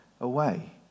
away